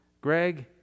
Greg